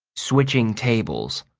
switching tables